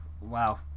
wow